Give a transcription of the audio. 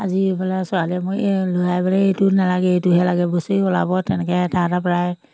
আজি এইফালে ছোৱালীয়ে মই ল'ৰাই বোলে এইটো নালাগে এইটোহে লাগে বছৰি সলাব তেনেকৈ এটা এটা প্ৰায়